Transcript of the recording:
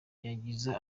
yagize